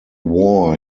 war